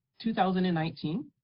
2019